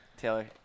Taylor